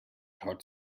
had